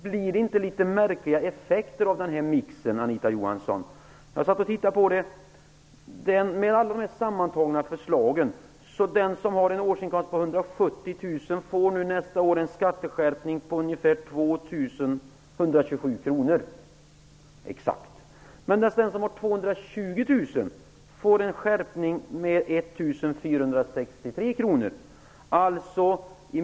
Blir det inte litet märkliga effekter av den här mixen? Dessa förslag leder sammantaget till att den som har en årsinkomst på 170 000 kr nästa år kommer att få en skatteskärpning med 2 127 kr. Den som har en årsinkomst på 220 000 får en skärpning med 1 463 kr.